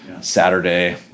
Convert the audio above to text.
Saturday